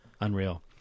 Unreal